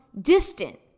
distant